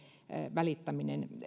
välittäminen